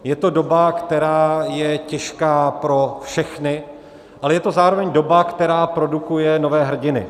Je to doba, která je těžká pro všechny, ale je to zároveň doba, která produkuje nové hrdiny.